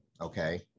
okay